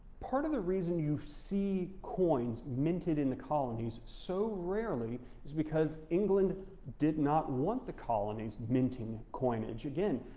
part of the reason you see coins minted in the colonies so rarely is because england did not want the colonies minting coinage. again,